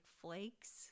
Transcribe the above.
flakes